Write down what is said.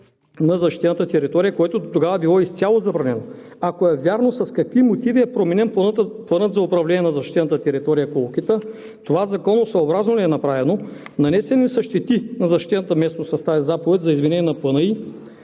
на защитената територия, което дотогава е било изцяло забранено? Ако е вярно, с какви мотиви е променен планът за управление на защитената територия „Колокита“, това законосъобразно ли е направено? Нанесени ли са щети на защитената местност с тази заповед за изменение на плана